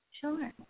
Sure